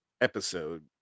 episode